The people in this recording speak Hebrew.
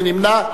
מי נמנע?